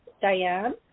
Diane